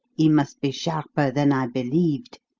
he must be sharper than i believed.